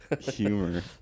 humor